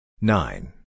Nine